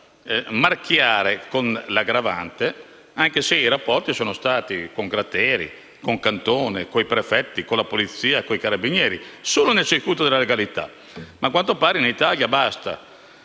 qualcosa da marchiare con l'aggravante, anche se i rapporti sono stati con Gratteri, con Cantone, con i prefetti, con la polizia e con i carabinieri, quindi solo nel circuito della legalità. A quanto pare in Italia basta